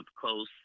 close